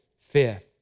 fifth